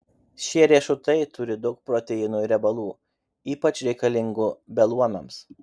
šie riešutai turi daug proteinų ir riebalų ypač reikalingų beluomiams